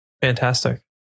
Fantastic